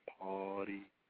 party